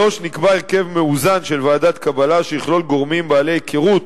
3. נקבע הרכב מאוזן של ועדת קבלה שיכלול גורמים בעלי היכרות